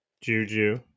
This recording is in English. Juju